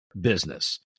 business